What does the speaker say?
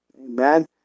Amen